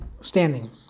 standing